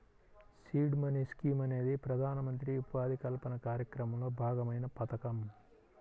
seed money scheme అనేది ప్రధానమంత్రి ఉపాధి కల్పన కార్యక్రమంలో భాగమైన పథకం